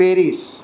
Paris